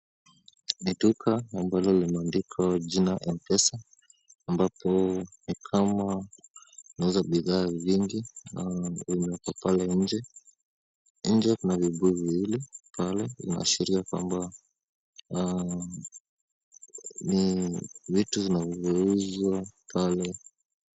Ni duka ambalo limeandikwa jina M-pesa, ambapo ni kama linauza bidhaa vingi, na vimeekwa pale nje. Nje kuna vibuyu viwili pale, linaashiria kwamba ni vitu vinavyouzwa pale.